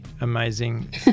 amazing